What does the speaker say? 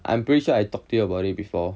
I'm pretty sure I talk to you about it before